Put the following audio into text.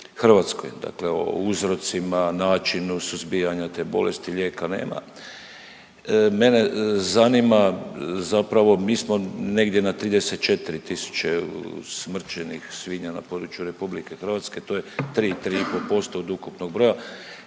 to i u RH dakle o uzrocima, načinu suzbijanja te bolesti lijeka nema. Mene zanima zapravo mi smo negdje na 34.000 usmrćenih svinja na području RH, to je tri, 3,5% od ukupnog broja.